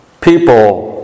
people